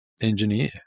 engineer